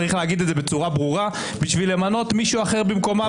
יש לומר זאת בצורה ברורה בשביל למנות מישהו אחר במקומה,